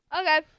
Okay